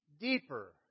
deeper